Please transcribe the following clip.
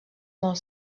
molt